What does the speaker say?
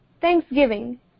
thanksgiving